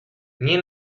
nie